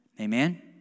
Amen